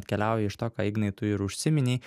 atkeliauja iš to ką ignai tu ir užsiminei